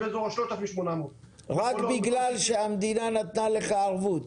באזור 3,800. רק בגלל שהמדינה נתנה לך ערבות.